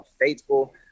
faithful